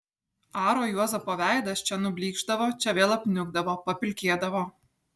aro juozapo veidas čia nublykšdavo čia vėl apniukdavo papilkėdavo